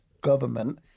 government